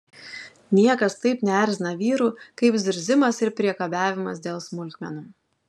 niekas taip neerzina vyrų kaip zirzimas ir priekabiavimas dėl smulkmenų